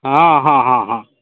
हँ हँ हँ हँ